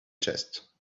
chest